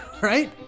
right